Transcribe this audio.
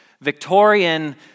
Victorian